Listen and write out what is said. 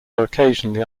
occasionally